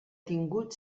tingut